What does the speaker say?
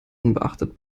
unbeachtet